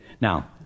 Now